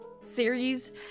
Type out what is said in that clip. series